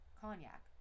cognac